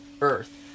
Earth